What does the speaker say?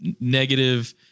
negative